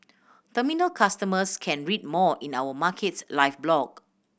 terminal customers can read more in our Markets Live blog